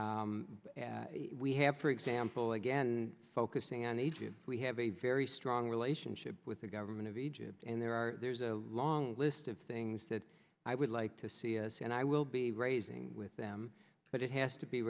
more we have for example again focusing on a few we have a very strong relationship with the government of egypt and there are there's a long list of things that i would like to see us and i will be raising with them but it has to be